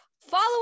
Follow